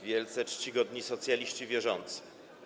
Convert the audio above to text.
Wielce Czcigodni Socjaliści Wierzący!